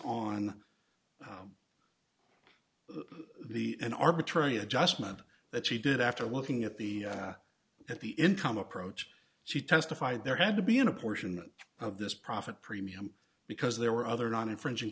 on the an arbitrary adjustment that she did after looking at the at the income approach she testified there had to be in a portion of this profit premium because there were other non infringing